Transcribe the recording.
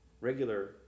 regular